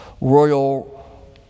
Royal